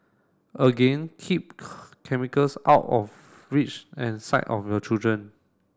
again keep chemicals out of reach and sight of your children